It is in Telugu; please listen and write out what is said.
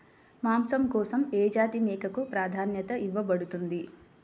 మాంసం కోసం ఏ జాతి మేకకు ప్రాధాన్యత ఇవ్వబడుతుంది?